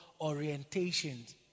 orientations